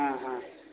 हाँ हाँ